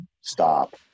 stop